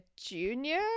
junior